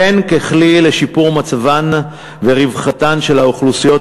הן ככלי לשיפור מצבן ורווחתן של האוכלוסיות